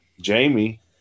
Jamie